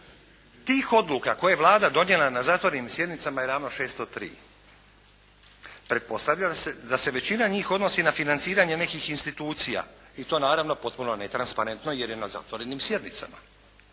Tih odluka koje je Vlada donijela na zatvorenim sjednicama je ravno 603. Pretpostavljam da se većina njih odnosi na financiranje nekih institucija i to naravno potpuno netransparentno jer je na zatvorenim sjednicama.